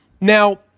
Now